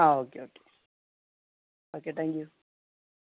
ആ okay okay okay thank you